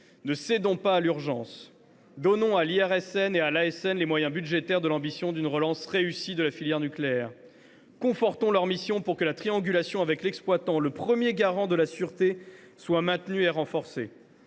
Ne cédons pas à l’urgence. Donnons à l’IRSN et à l’ASN les moyens budgétaires de l’ambition d’une relance réussie de la filière nucléaire. Confortons leurs missions pour que la triangulation avec l’exploitant, le premier garant de la sûreté, soit maintenue et renforcée.